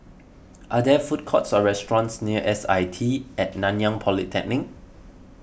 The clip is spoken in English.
are there food courts or restaurants near S I T at Nanyang Polytechnic